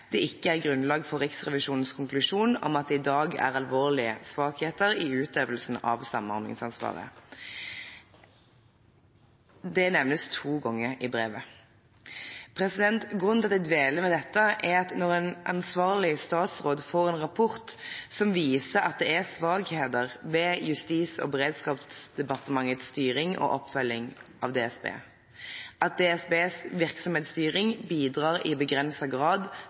det ikke er grunnlag for Riksrevisjonens konklusjon om at det i dag er alvorlige svakheter i utøvelsen av samordningsansvaret.» Det nevnes to ganger i brevet. Grunnen til at jeg dveler ved dette, er at når en ansvarlig statsråd får en rapport som viser at det er svakheter ved Justis- og beredskapsdepartementets styring og oppfølging av DSB, at DSBs virksomhetsstyring i begrenset grad